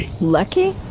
Lucky